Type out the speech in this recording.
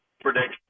prediction